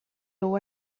nhw